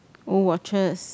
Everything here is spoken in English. old watches